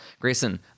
Grayson